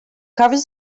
covers